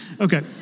Okay